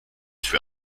für